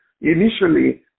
initially